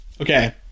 Okay